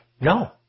no